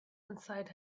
inside